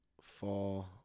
fall